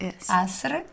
Asr